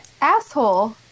asshole